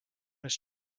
his